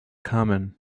common